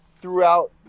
throughout